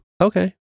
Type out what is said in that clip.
Okay